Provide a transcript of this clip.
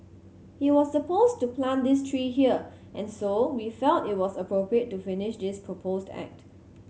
he was supposed to plant this tree here and so we felt it was appropriate to finish this proposed act